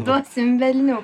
duosim velnių